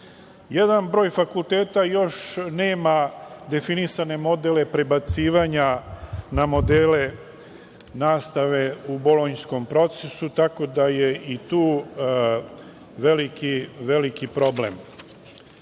broj fakulteta još uvek nema definisane modele prebacivanja na modele nastave u bolonjskom procesu, tako da je i tu veliki problem.